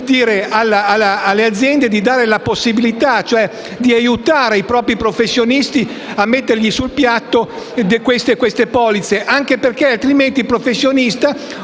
Grazie